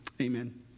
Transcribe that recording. amen